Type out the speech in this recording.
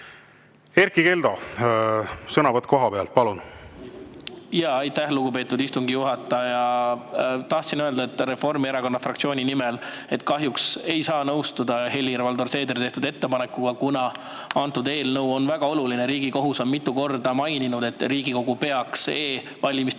Erkki Keldo, sõnavõtt kohalt, palun! Aitäh, lugupeetud istungi juhataja! Tahtsin öelda Reformierakonna fraktsiooni nimel, et kahjuks ei saa nõustuda Helir-Valdor Seederi tehtud ettepanekuga, kuna antud eelnõu on väga oluline. Riigikohus on mitu korda maininud, et Riigikogu peaks e‑valimistega